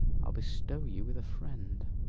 i'll bestow you with a friend.